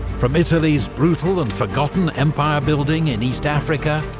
from italy's brutal and forgotten empire-building in east africa,